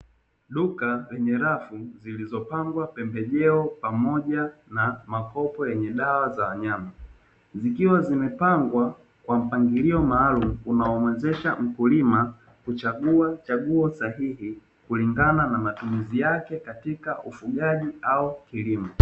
Duka lenye rafu zilizopangwa pembejeo pamoja na makopo yenye dawa za wanyama, zikiwa zimepangwa kwa mpangilio maalumu, unaomuwezesha mkulima kuchagua chaguo sahihi kulingana na matumizi yake katika ufugaji au kilimo.